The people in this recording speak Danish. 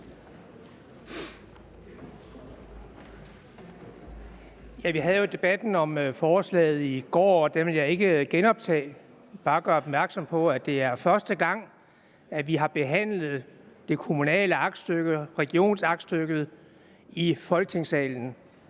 vi havde jo debatten om forslaget i går, og den vil jeg ikke genoptage, men bare gøre opmærksom på, at det er første gang, at vi har behandlet det kommunale aktstykke, regionsaktstykket i Folketingssalen